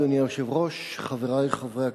אדוני היושב-ראש, חברי חברי הכנסת,